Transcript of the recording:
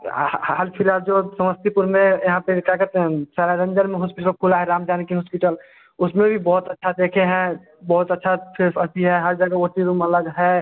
हाल फ़िलहाल जो समस्तीपुर में यहाँ पे क्या कहते हैं सरायरंजन में हॉस्पिटल खुला है राम जानकी हॉस्पिटल उसमें भी बहुत अच्छा देखे हैं बहुत अच्छा सेफ़ अति है हर जगह ओ टी रूम अलग है